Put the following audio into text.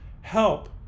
help